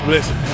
Listen